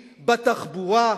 בתחבורה,